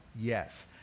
Yes